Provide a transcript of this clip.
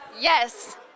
Yes